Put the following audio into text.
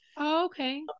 okay